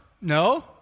No